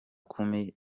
kumi